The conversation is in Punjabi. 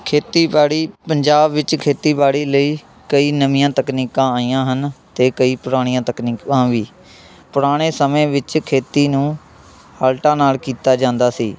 ਖੇਤੀਬਾੜੀ ਪੰਜਾਬ ਵਿੱਚ ਖੇਤੀਬਾੜੀ ਲਈ ਕਈ ਨਵੀਆਂ ਤਕਨੀਕਾਂ ਆਈਆਂ ਹਨ ਅਤੇ ਕਈ ਪੁਰਾਣੀਆਂ ਤਕਨੀਕਾਂ ਵੀ ਪੁਰਾਣੇ ਸਮੇਂ ਵਿੱਚ ਖੇਤੀ ਨੂੰ ਹਲਟਾਂ ਨਾਲ਼ ਕੀਤਾ ਜਾਂਦਾ ਸੀ